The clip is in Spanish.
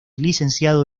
licenciado